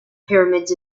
pyramids